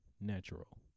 natural